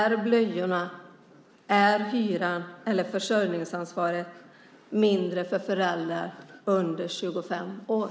Är blöjorna, hyran eller försörjningsansvaret mindre för föräldrar under 25 år?